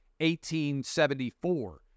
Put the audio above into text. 1874